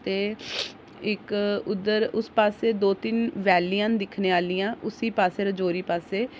ते इक उद्धर उस पास्सै दो तिन्न वैलियां न दिक्खने आह्लियां उस पास्सै रजौरी पास्सै